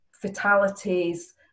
fatalities